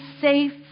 safe